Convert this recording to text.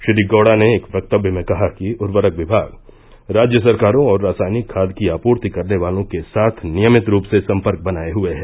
श्री गौड़ा ने एक वक्तव्य में कहा कि उर्वरक विभाग राज्य सरकारों और रासायनिक खाद की आपूर्ति करने वालों के साथ नियमित रूप से संपर्क बनाए हुए है